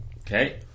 Okay